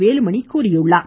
வேலுமணி தெரிவித்துள்ளார்